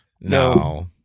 no